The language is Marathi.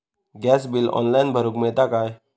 गॅस बिल ऑनलाइन भरुक मिळता काय?